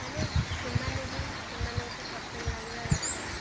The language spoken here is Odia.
ମାନେ ସେମାନେ ବି ସେମାନଙ୍କୁ ପସନ୍ଦ ଲାଗିବା ଦରକାର